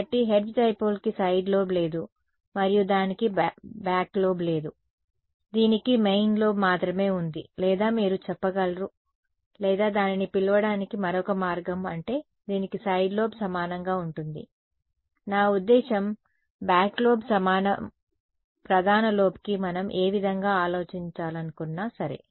కాబట్టి హెర్ట్జ్ డైపోల్కి side lobe లేదు మరియు దానికి బ్యాక్ లోబ్ లేదు దీనికి మెయిన్ లోబ్ మాత్రమే ఉంది లేదా మీరు చెప్ప గలరు లేదా దానిని పిలవడానికి మరొక మార్గం అంటే దీనికి సైడ్ లోబ్ సమానంగా ఉంటుంది నా ఉద్దేశ్యం బ్యాక్ లోబ్ సమానం ప్రధాన లోబ్కి మనం ఏ విధంగా ఆలోచించాలనుకున్నా సరే